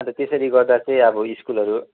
अन्त त्यसरी गर्दा चाहिँ अब स्कुलहरू